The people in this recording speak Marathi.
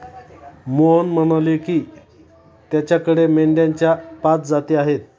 मोहन म्हणाले की, त्याच्याकडे मेंढ्यांच्या पाच जाती आहेत